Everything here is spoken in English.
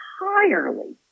entirely